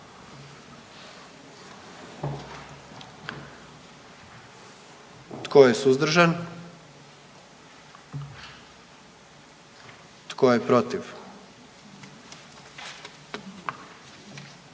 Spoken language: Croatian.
Tko je suzdržan? I tko je protiv?